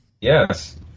Yes